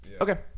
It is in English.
okay